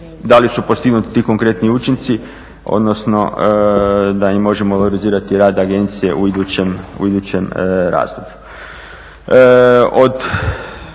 da li su postignuti ti konkretni učinci, odnosno da li možemo valorizirati rad agencije u idućem razdoblju.